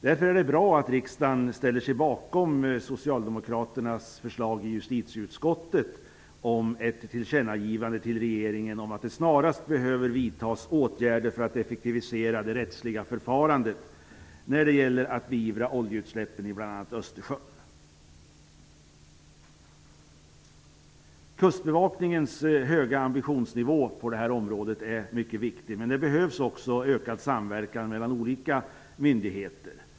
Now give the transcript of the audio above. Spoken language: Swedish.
Därför är det bra att riksdagen ställer sig bakom socialdemokraternas förslag i justitieutskottet om ett tillkännagivande till regeringen om att det snarast behöver vidtas åtgärder för att effektivisera det rättsliga förfarandet när det gäller att beivra oljeutsläppen i bl.a. Östersjön. Kustbevakningens höga ambitionsnivå på det här området är mycket viktig, men det behövs också ökad samverkan mellan olika myndigheter.